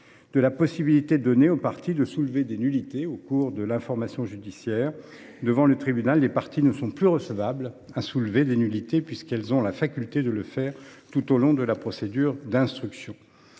de la possibilité donnée aux parties de soulever des nullités au cours de l’information judiciaire : devant le tribunal, les parties ne sont plus recevables à les soulever, puisqu’elles ont la faculté de le faire tout au long de la procédure d’instruction.